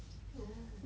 oh